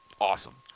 awesome